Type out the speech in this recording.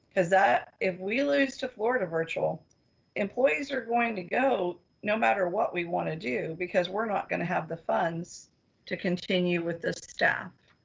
cause that if we lose to florida virtual employees are going to go no matter what we wanna do, because we're not gonna have the funds to continue with the staff.